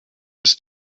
ist